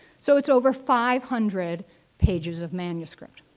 so, it's over five hundred pages of manuscript.